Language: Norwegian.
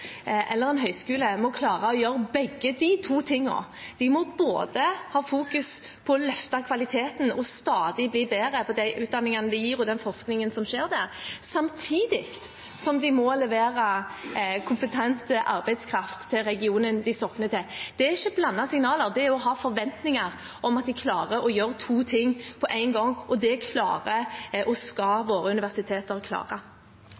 eller en høyskole må klare å gjøre begge de to tingene. De må både ha fokus på å løfte kvaliteten og stadig bli bedre på de utdanningene de gir, og den forskningen som skjer der, samtidig som de må levere kompetansearbeidskraft til regionen de sogner til. Det er ikke blandede signaler; det er å ha forventninger om at de klarer å gjøre to ting på én gang – og det skal våre universiteter klare.